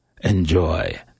enjoy